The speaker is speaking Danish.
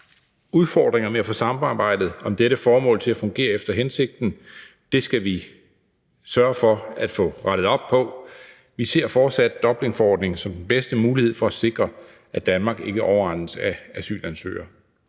udfordringer med at få samarbejdet om dette formål til at fungere efter hensigten. Det skal vi sørge for at få rettet op på. Vi ser fortsat Dublinforordningen som den bedste mulighed for at sikre, at Danmark ikke overrendes af asylansøgere.